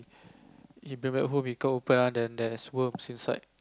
he bring back home he go open ah then there is worms inside